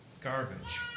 garbage